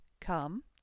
Come